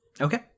Okay